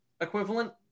equivalent